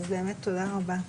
אז באמת תודה רבה.